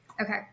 Okay